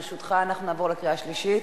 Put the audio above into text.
ברשותך, אנחנו נעבור לקריאה השלישית.